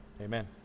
Amen